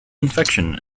infection